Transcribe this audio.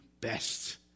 best